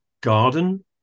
garden